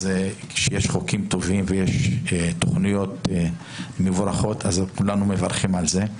אז כשיש חוקים טובים ויש תכניות מבורכות אז כולנו מברכים על זה.